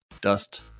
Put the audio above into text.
Dust